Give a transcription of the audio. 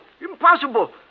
Impossible